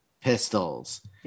Pistols